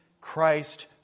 Christ